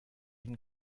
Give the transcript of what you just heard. and